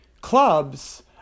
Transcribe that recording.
clubs